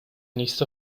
nächste